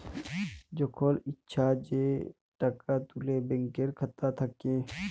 যখল ইছা যে টাকা তুলে ব্যাংকের খাতা থ্যাইকে